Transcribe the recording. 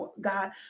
God